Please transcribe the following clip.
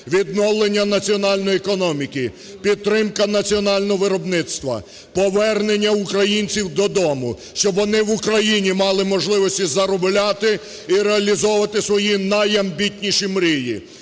відновлення національної економіки, підтримка національного виробництва, повернення українців додому, щоб вони в Україні мали можливості заробляти і реалізовувати свої найамбітніші мрії.